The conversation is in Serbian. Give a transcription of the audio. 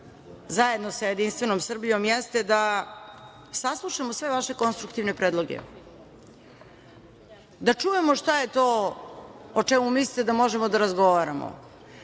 zajedno sa JS jeste da saslušamo sve vaše konstruktivne predloge, da čujemo šta je to o čemu mislite da možemo da razgovaramo,